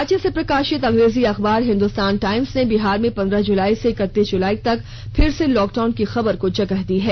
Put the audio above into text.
राज्य से प्रकाशित अंग्रेजी अखबार हिंदुस्तान टाइम्स ने बिहार में पंद्रह जुलाई से इकतीस जुलाई तक फिर से लॉकडाउन की खबर को जगह दी है